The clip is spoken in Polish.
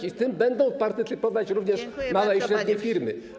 a w tym będą partycypować również małe i średnie firmy.